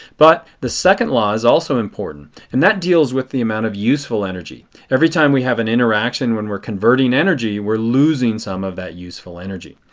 but the second law is also important. and that deals with the amount of useful energy. every time we have an interaction when we are converting energy are losing some of that useful energy.